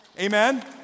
Amen